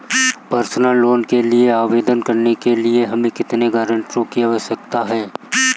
Personal loan के लिए आवेदन करने के लिए हमें कितने गारंटरों की आवश्यकता है?